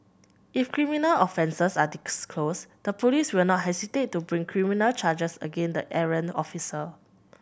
if criminal offences are disclosed the police will not hesitate to bring criminal charges against the errant officer